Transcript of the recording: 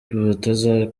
badatekereza